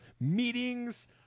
Meetings